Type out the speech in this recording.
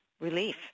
relief